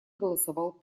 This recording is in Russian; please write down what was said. голосовал